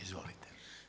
Izvolite.